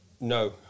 No